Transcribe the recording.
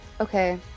Okay